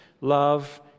love